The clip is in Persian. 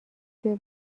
توی